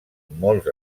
molts